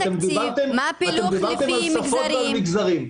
אתם דיברתם על שפות ועל מגזרים.